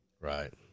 Right